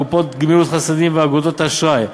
קופות גמילות חסדים ואגודות אשראי.